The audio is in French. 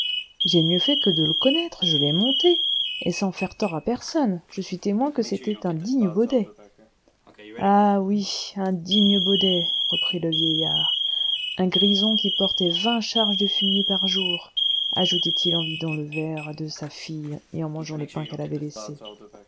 j'ai mieux fait que de le connaître je l'ai monté et sans faire tort à personne je suis témoin que c'était un digne baudet ah oui un digne baudet reprit le vieillard un grison qui portait vingt charges de fumier par jour ajouta-t-il en vidant le verre de sa fille et en mangeant le pain qu'elle avait laissé